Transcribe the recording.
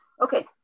okay